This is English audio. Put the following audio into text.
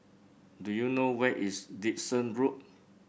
do you know where is Dickson Road